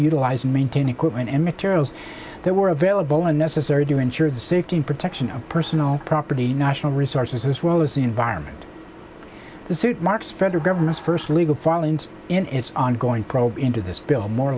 utilize and maintain equipment and materials that were available and necessary to ensure the safety and protection of personal property national resources as well as the environment the suit marks federal government's first legal filings in its ongoing probe into this bill m